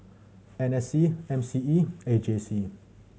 N S C M C E and A J C